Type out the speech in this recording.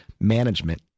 management